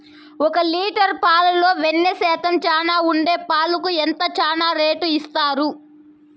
ఒక లీటర్ పాలలో వెన్న శాతం చానా ఉండే పాలకు ఎంత చానా రేటు ఇస్తారు?